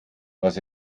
was